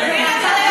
למי זה,